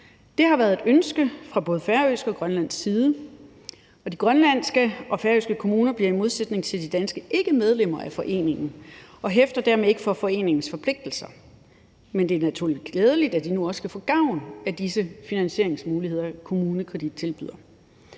Det har været et ønske fra både færøsk og grønlandsk side, og de grønlandske og færøske kommuner bliver i modsætning til de danske ikke medlemmer af foreningen og hæfter dermed ikke for foreningens forpligtelser. Men det er naturligvis glædeligt, at de nu også kan få gavn af de finansieringsmuligheder, KommuneKredit tilbyder.